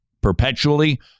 perpetually